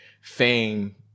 fame